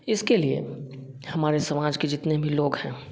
इसके लिए हमारे समाज के जितने भी लोग हैं